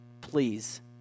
Please